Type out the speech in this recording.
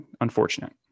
unfortunate